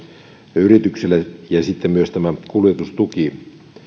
yrityksille ja sitten myös tämä kuljetustuki